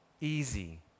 easy